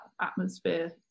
atmosphere